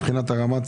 מי בעד?